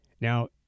Now